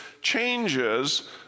changes